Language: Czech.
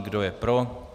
Kdo je pro?